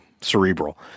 cerebral